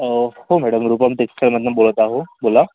हो मॅडम रुपम टेक्सटाईलमधून बोलत आहो बोला